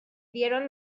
dieron